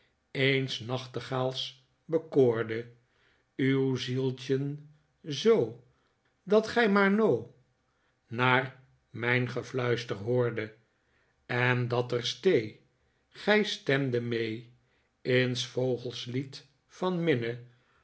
eens nachtegaals bekoorde uw zieltjen zoo dat gij maar noo naar mijn gefluister hoorde en dat ter stee gij stemdet mee in s vogcls lied van